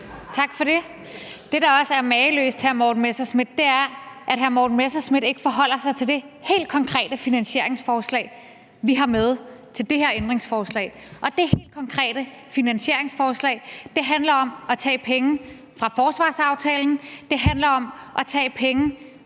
hr. Morten Messerschmidt, er, at hr. Morten Messerschmidt ikke forholder sig til det helt konkrete finansieringsforslag, som vi har med, til det her ændringsforslag. Og det helt konkrete finansieringsforslag handler om at tage penge fra forsvarsaftalen, og det handler om at tage penge fra coronamidlerne.